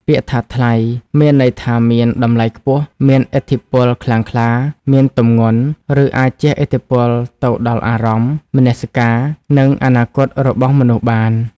ពាក្យថា "ថ្លៃ" មានន័យថាមាន តម្លៃខ្ពស់ មានឥទ្ធិពលខ្លាំងក្លា មាន ទម្ងន់ ឬអាចជះឥទ្ធិពលទៅដល់អារម្មណ៍ មនសិការ និងអនាគតរបស់មនុស្សបាន។